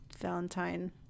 valentine